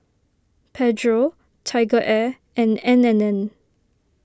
Pedro TigerAir and N and N